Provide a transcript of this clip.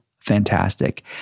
fantastic